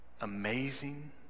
amazing